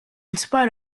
spite